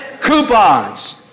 Coupons